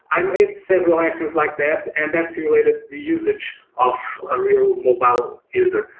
i made several actions like that, and that simulated the usage of a real mobile user.